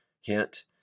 hint